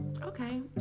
okay